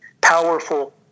powerful